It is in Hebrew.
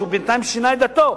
הוא בינתיים שינה את דתו,